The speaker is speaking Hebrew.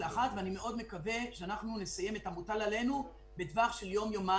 אני חושב שלא נתנו את הדעת על כל המקרים